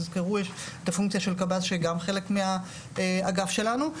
תזכרו את הפונקציה של קב"ס שהיא חלק מהאגף שלנו,